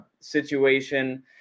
situation